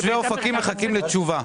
תושבי אופקים מחכים לתשובה.